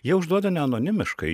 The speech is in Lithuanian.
jie užduoda neanonimiškai